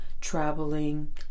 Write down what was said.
traveling